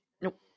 Nope